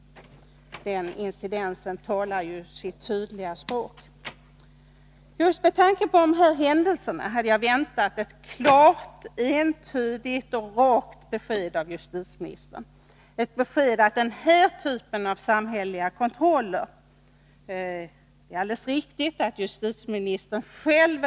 Den incidenten talar ju sitt tydliga språk. Just med tanke på de här händelserna hade jag väntat mig ett klart, entydigt och rakt besked av justitieministern, ett besked att den här typen av samhälleliga kontroller inte är acceptabla i ett rättssamhälle.